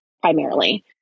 primarily